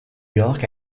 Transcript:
york